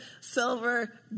Silver